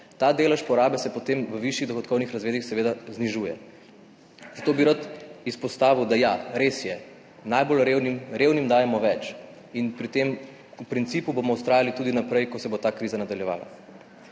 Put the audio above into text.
Ta delež porabe se potem v višjih dohodkovnih razredih seveda znižuje. Zato bi rad izpostavil, ja, res je, revnim dajemo več in pri tem principu bomo vztrajali tudi naprej, ko se bo ta kriza nadaljevala.